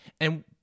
And-